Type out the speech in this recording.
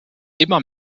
immer